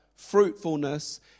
fruitfulness